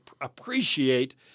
appreciate